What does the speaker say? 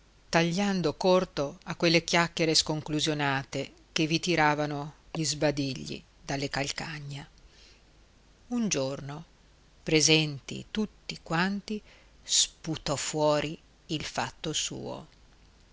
tagliando corto a quelle chiacchiere sconclusionate che vi tiravano gli sbadigli dalle calcagna un giorno presenti tutti quanti sputò fuori il fatto suo